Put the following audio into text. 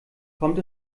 kommt